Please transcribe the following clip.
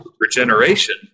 regeneration